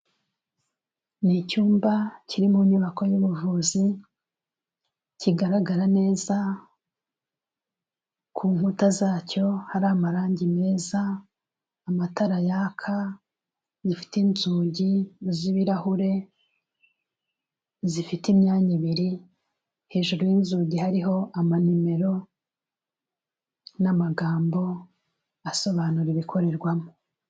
Ni icyumba kiri mu nyubako y'ubuvuzi, kigaragara neza, ku nkuta zacyo, hari amarangi meza, amatara yaka, gifite inzugi z'ibirahure, zifite imyanya ibiri, hejuru y'inzugi hariho amanimero n'amagambo asobanura ibikorerwamo.